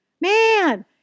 Man